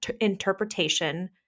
interpretation